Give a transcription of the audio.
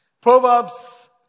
Proverbs